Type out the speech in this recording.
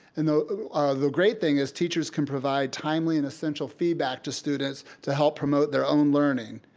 and the the great thing is teachers can provide timely and essential feedback to students to help promote their own learning.